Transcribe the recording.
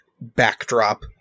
backdrop